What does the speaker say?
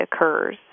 occurs